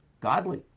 godly